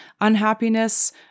unhappiness